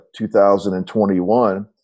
2021